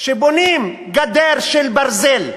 שבונים גדר של ברזל.